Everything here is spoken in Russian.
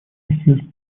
расизм